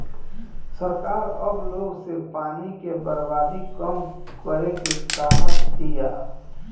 सरकार अब लोग से पानी के बर्बादी कम करे के कहा तिया